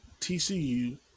TCU